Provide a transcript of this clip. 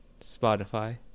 Spotify